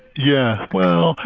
yeah. well.